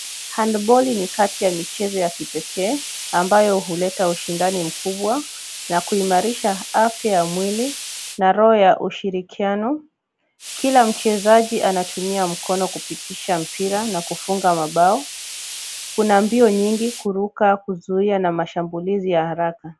Handi boli ni kati ya michezo ya kipekee, ambayo huleta ushindani mkubwa na kuimarisha afya ya mwili na roho ya ushirikiano. Kila mchezaji anatumia mkono kupitisha mpira na kufunga mabao. Kuna mbio nyingi, kuruka na kuzuia mashambulizi ya haraka.